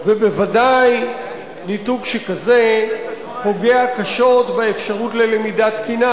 ובוודאי ניתוק שכזה פוגע קשות באפשרות ללמידה תקינה.